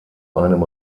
einem